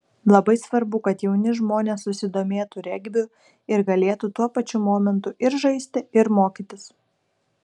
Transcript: labai svarbu kad jauni žmonės susidomėtų regbiu ir galėtų tuo pačiu momentu ir žaisti ir mokytis